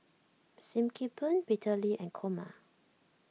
Sim Kee Boon Peter Lee and Kumar